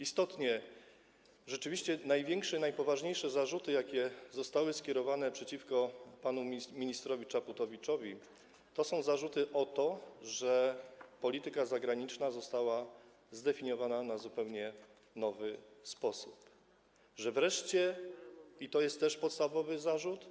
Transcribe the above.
Istotnie największe, najpoważniejsze zarzuty, jakie zostały skierowane przeciwko panu ministrowi Czaputowiczowi, to zarzuty o to, że polityka zagraniczna została zdefiniowana na zupełnie nowy sposób, że wreszcie - i to jest też podstawowy zarzut